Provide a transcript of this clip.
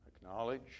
acknowledge